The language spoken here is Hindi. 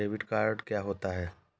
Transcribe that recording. डेबिट कार्ड क्या होता है?